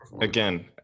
Again